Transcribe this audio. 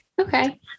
Okay